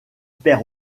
perd